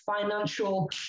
financial